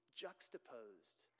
juxtaposed